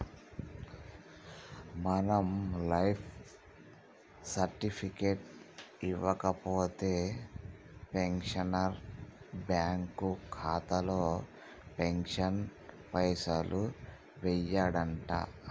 మనం life certificate ఇవ్వకపోతే pensioner bank ఖాతాలో పెన్షన్ పైసలు యెయ్యడంట